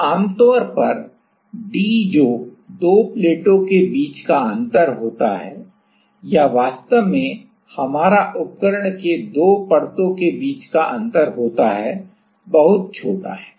तो आमतौर पर d जो 2 प्लेटों के बीच का अंतर होता है या वास्तव में हमारा उपकरण के 2 परतों के बीच का अंतर होता है बहुत छोटा है